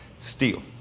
steel